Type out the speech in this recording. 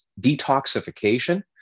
detoxification